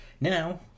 Now